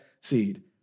seed